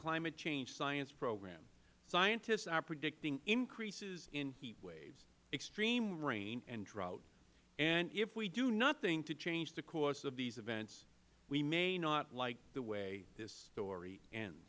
climate change science program scientists are predicting increases in heat waves extreme rain and drought and if we do nothing to change the course of these events we may not like the way this story end